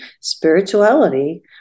spirituality